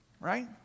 right